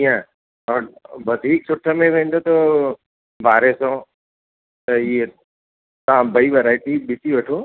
ईअं और वधीक सुठे में वेंदा त ॿारहें सौ त हीअ तव्हां ॿई वैराइटी ॾिसी वठो